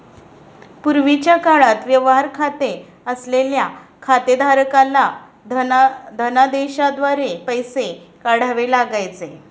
पूर्वीच्या काळात व्यवहार खाते असलेल्या खातेधारकाला धनदेशाद्वारे पैसे काढावे लागायचे